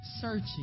searching